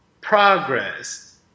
progress